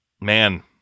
Man